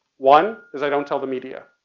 one, is i don't tell the media.